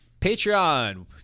Patreon